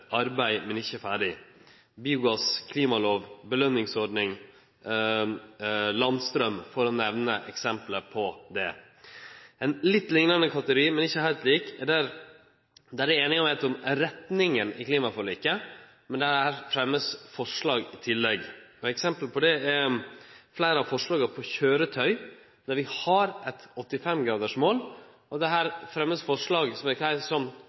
arbeid, men som ikkje er ferdige: biogass, klimalov, belønningsordning, landstrøm, for å nemne nokre eksempel. I ein liknande kategori, men ikkje heilt lik, er det semje om retninga i klimaforliket, men der er det fremja forslag i tillegg. Eksempel på det er fleire av forslaga om køyretøy, der vi har eit 85-gradersmål. Her vert det fremja forslag om enkeltverkemiddel innanfor ramma av det, men òg forslag som